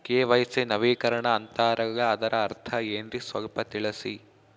KYC ನವೀಕರಣ ಅಂತಾರಲ್ಲ ಅದರ ಅರ್ಥ ಏನ್ರಿ ಸ್ವಲ್ಪ ತಿಳಸಿ?